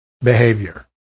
behavior